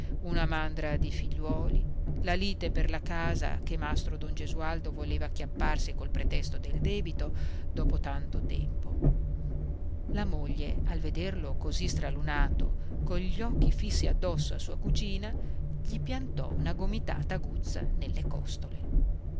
una mandra di figliuoli la lite per la casa che mastro don gesualdo voleva acchiapparsi col pretesto del debito dopo tanto tempo la moglie al vederlo così stralunato cogli occhi fissi addosso a sua cugina gli piantò una gomitata aguzza nelle costole